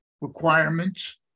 requirements